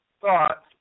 thought